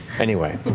anyway.